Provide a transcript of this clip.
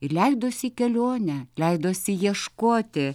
ir leidosi į kelionę leidosi ieškoti